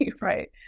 right